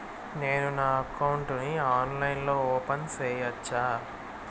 నేను నా అకౌంట్ ని ఆన్లైన్ లో ఓపెన్ సేయొచ్చా?